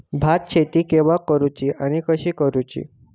भात शेती केवा करूची आणि कशी करुची?